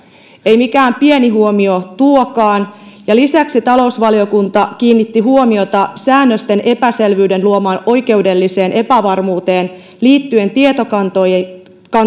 ei mikään pieni huomio tuokaan lisäksi talousvaliokunta kiinnitti huomiota säännöksen epäselvyyden luomaan oikeudelliseen epävarmuuteen liittyen tietokantoihin